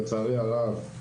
לצערי הרב,